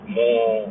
more